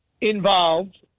involved